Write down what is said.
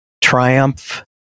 triumph